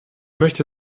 möchte